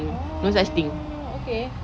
oh okay